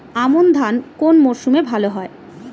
আমন ধান কোন মরশুমে ভাল হয়?